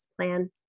plan